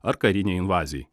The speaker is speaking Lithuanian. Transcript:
ar karinei invazijai